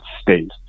states